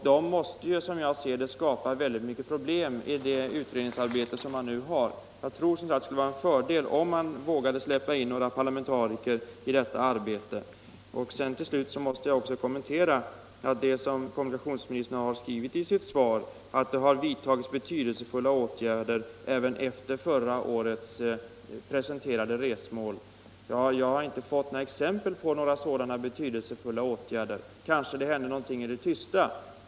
Det måste, som jag ser det, skapa stora problem i det utredningsarbete som nu pågår. Det skulle säkert vara en fördel om man vågade släppa in några parlamentariker i detta arbete. Till slut måste jag kommentera det som kommunikationsministern skrivit i sitt svar, nämligen att det har vidtagits betydelsefulla åtgärder även efter förra årets presenterade resmål. Jag har inte fått några exempel på sådana betydelsefulla åtgärder. Det kanske händer någonting i det tysta.